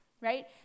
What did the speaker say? Right